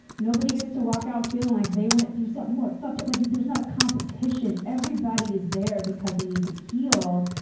nobody gets to walk out feeling like they went through something more fucked-up like, there's not a competition. everybody is there because they need to heal,